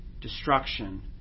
destruction